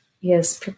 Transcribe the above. yes